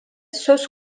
söz